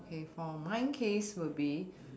okay for my case will be